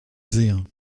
dire